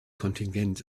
kontingent